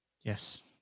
Yes